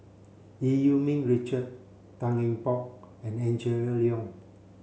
Eu Yee Ming Richard Tan Eng Bock and Angela Liong